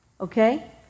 okay